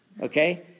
Okay